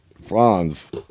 Franz